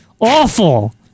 Awful